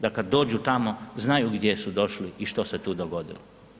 Da kad dođu tamo, znaju gdje su došli i što se tu dogodilo.